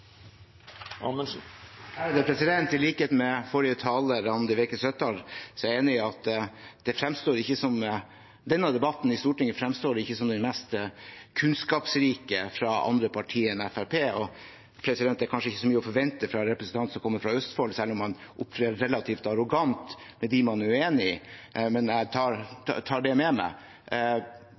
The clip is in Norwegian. Søttar, mener jeg at denne debatten i Stortinget fremstår ikke som den mest kunnskapsrike fra andre partier enn Fremskrittspartiet. Det er kanskje ikke så mye å forvente fra en representant som kommer fra Østfold, selv om han opptrer relativt arrogant overfor dem han er uenig med, men jeg tar det med meg. Det som er litt mer alvorlig, er at jeg ikke helt klarer å få rede på hva ansvarlig statsråd sitter med